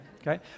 okay